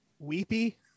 weepy